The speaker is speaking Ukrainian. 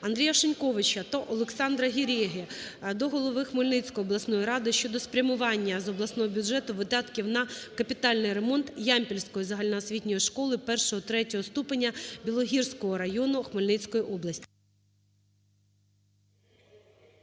АндріяШиньковича та Олександра Гереги до голови Хмельницької обласної ради щодо спрямування з обласного бюджету видатків на капітальний ремонт Ямпільської загальноосвітньої школи І-ІІІ ступеня Білогірського району Хмельницької області.